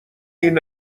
این